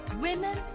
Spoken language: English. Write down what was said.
women